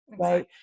right